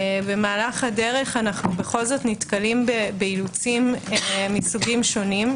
במהלך הדרך אנו בכל זאת נתקלים באילוצים מסוגים שונים.